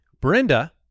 Brenda